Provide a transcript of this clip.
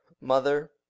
mother